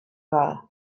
dda